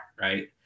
Right